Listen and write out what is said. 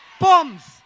Bombs